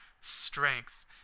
strength